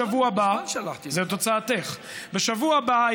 בשבוע הבא,